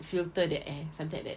filter the air something like that